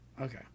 Okay